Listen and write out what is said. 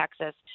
Texas